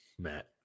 Matt